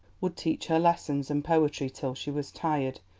would teach her lessons and poetry till she was tired,